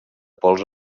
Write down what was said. pols